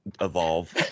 evolve